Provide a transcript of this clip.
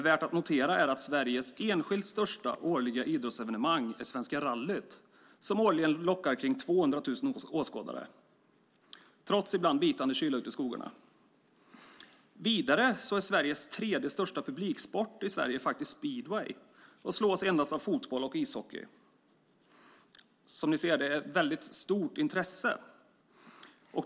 Värt att notera är att Sveriges enskilt största årliga idrottsevenemang är Svenska rallyt som årligen lockar kring 200 000 åskådare trots ibland bitande kyla ute i skogarna. Vidare är speedway Sveriges tredje största publiksport. Det slås endast av fotboll och ishockey. Som ni ser är det ett ganska stort intresse.